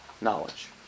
knowledge